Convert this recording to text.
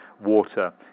water